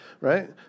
right